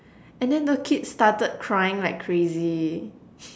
and then the kids started crying like crazy